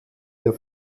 der